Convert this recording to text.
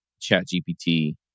ChatGPT